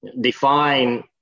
define